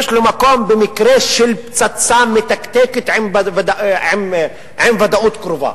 יש לו מקום במקרה של פצצה מתקתקת עם ודאות קרובה.